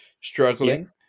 struggling